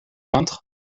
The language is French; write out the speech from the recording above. peintres